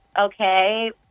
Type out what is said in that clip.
okay